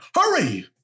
Hurry